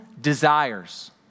desires